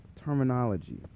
terminology